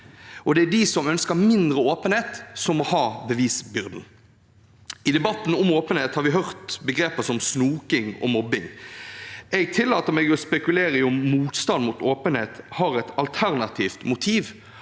det er de som ønsker mindre åpenhet, som må ha bevisbyrden. I debatten om åpenhet har vi hørt begreper som snoking og mobbing. Jeg tillater meg å spekulere i om motstanden mot åpenhet har et alternativt motiv,